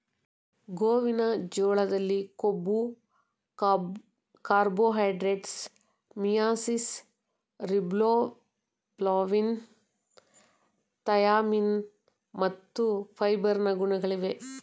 ಗೋವಿನ ಜೋಳದಲ್ಲಿ ಕೊಬ್ಬು, ಕಾರ್ಬೋಹೈಡ್ರೇಟ್ಸ್, ಮಿಯಾಸಿಸ್, ರಿಬೋಫ್ಲಾವಿನ್, ಥಯಾಮಿನ್ ಮತ್ತು ಫೈಬರ್ ನ ಗುಣಗಳಿವೆ